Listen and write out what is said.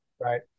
Right